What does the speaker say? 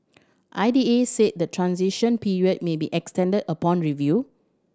I D A said the transition period may be extended upon review